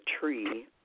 tree